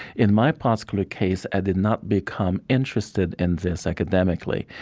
in my particular case, i did not become interested in this academically.